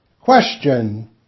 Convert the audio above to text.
Question